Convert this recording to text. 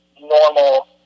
normal